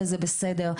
וזה בסדר,